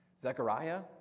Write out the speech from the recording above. Zechariah